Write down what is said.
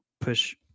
push